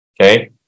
okay